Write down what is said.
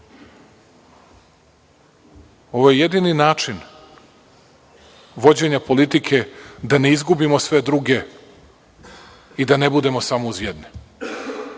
je jedini način vođenja politike da ne izgubimo sve druge i da ne budemo samo uz jedne.